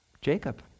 Jacob